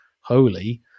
holy